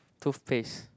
toothpaste